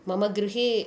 मम गृहे